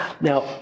Now